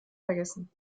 vergessen